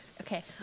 Okay